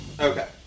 Okay